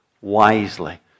wisely